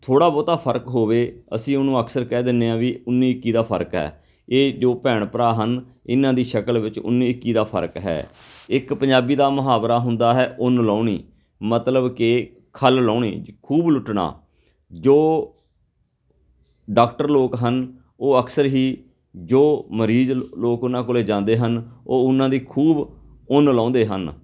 ਥੋੜ੍ਹਾ ਬਹੁਤਾ ਫਰਕ ਹੋਵੇ ਅਸੀਂ ਉਹਨੂੰ ਅਕਸਰ ਕਹਿ ਦਿੰਦੇ ਹਾਂ ਵੀ ਉੱਨੀ ਇੱਕੀ ਦਾ ਫਰਕ ਹੈ ਇਹ ਜੋ ਭੈਣ ਭਰਾ ਹਨ ਇਹਨਾਂ ਦੀ ਸ਼ਕਲ ਵਿੱਚ ਉੱਨੀ ਇੱਕੀ ਦਾ ਫਰਕ ਹੈ ਇੱਕ ਪੰਜਾਬੀ ਦਾ ਮੁਹਾਵਰਾ ਹੁੰਦਾ ਹੈ ਉੱਨ ਲਾਉਣੀ ਮਤਲਬ ਕਿ ਖੱਲ ਲਾਉਣੀ ਖੂਬ ਲੁੱਟਣਾ ਜੋ ਡਾਕਟਰ ਲੋਕ ਹਨ ਉਹ ਅਕਸਰ ਹੀ ਜੋ ਮਰੀਜ਼ ਲੋਕ ਉਹਨਾਂ ਕੋਲ ਜਾਂਦੇ ਹਨ ਉਹ ਉਹਨਾਂ ਦੀ ਖੂਬ ਉੁੱਨ ਲਾਉਂਦੇ ਹਨ